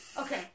Okay